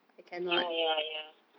ya ya ya